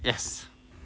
yes